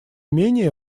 менее